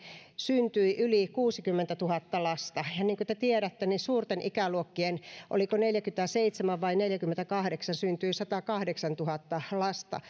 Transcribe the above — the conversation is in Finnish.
syntyi yli kuusikymmentätuhatta lasta ja niin kuin te tiedätte suurten ikäluokkien aikaan oliko neljäkymmentäseitsemän vai neljäkymmentäkahdeksan syntyi satakahdeksantuhatta lasta